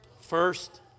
First